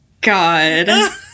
god